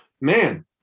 man